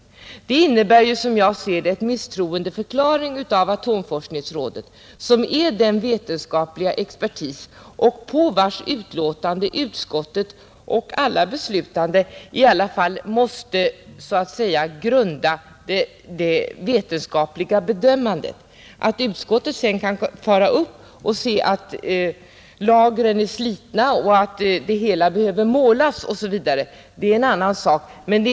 Det innebär som jag ser det en misstroendeförklaring för atomforskningsrådet som är den vetenskapliga expertis, på vars utlåtande utskottet och alla beslutande i alla fall måste så att säga grunda det vetenskapliga bedömandet. Att utskottet sedan kan fara upp och se att lagren är slitna, att det hela behöver målas osv. är en annan sak — det.